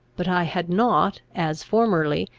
but i had not, as formerly,